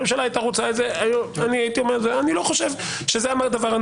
אם הממשלה הייתה רוצה את זה - אני לא חושב שזה נכון.